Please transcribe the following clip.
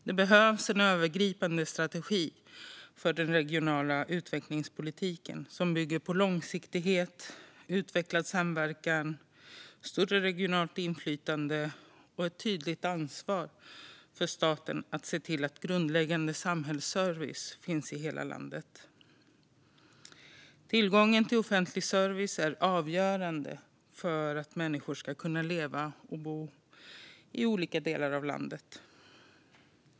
Det behövs en övergripande strategi för den regionala utvecklingspolitiken som bygger på långsiktighet, en utvecklad samverkan, ett större regionalt inflytande och ett tydligt ansvar för staten att se till att grundläggande samhällsservice finns i hela landet. Tillgången till offentlig service är avgörande för att människor ska kunna leva och bo i olika delar av landet.